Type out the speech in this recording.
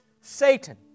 Satan